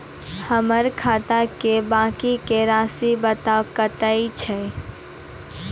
हमर खाता के बाँकी के रासि बताबो कतेय छै?